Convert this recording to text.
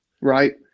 right